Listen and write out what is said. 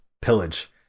Pillage